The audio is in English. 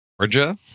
Georgia